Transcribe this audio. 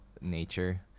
nature